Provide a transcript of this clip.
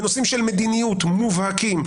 בנושאים של מדיניות מובהקים,